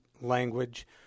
language